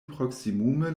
proksimume